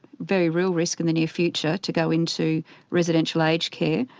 very real risk in the near future, to go into residential aged care.